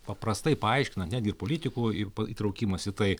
paprastai paaiškina netgi ir politikų į įtraukimas į tai